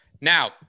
now